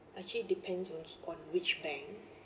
actually depends on which bank